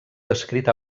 descrit